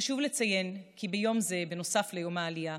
חשוב לציין כי ביום זה, נוסף ליום העלייה,